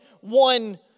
one